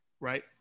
Right